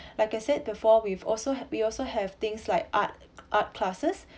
like I said before we've also we also have things like art art classes